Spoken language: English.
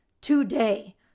today